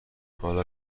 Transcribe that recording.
حال